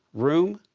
room,